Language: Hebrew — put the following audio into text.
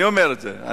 אני אומר את זה.